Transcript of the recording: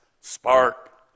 spark